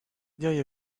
diriez